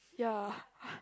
ya